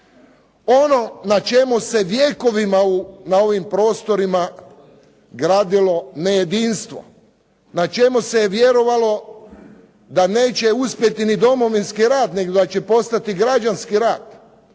Ono na čemu se vjekovima na ovim prostorima gradilo nejedinstvo, na čemu se vjerovalo da neće uspjeti ni Domovinski rat, nego da će postati građanski rat,